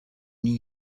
new